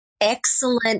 Excellent